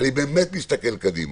אני באמת מסתכל קדימה,